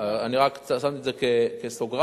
אני רק שמתי את זה כסוגריים,